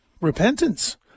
repentance